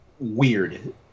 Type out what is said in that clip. weird